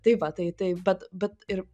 tai va tai tai bet bet ir